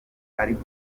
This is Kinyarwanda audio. ariko